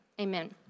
amen